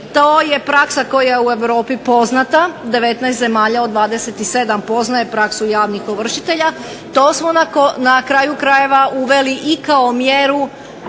To je praksa koja je u Europi poznata, 19 zemalja od 27 poznaje praksu javnih ovršitelja. To smo na kraju krajeva uveli i kao mjeru